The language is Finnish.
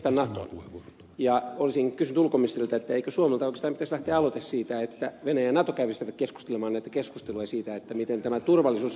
olisin kysynyt ulkoministeriltä eikö suomelta oikeastaan pitäisi lähteä aloite siitä että venäjä ja nato ryhtyisivät käymään keskusteluja siitä miten tämä turvallisuus hoidetaan